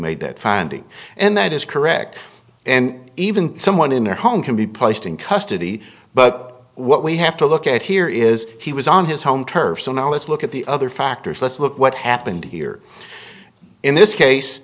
made that finding and that is correct and even someone in their home can be placed in custody but what we have to look at here is he was on his home turf so now let's look at the other factors let's look what happened here in this case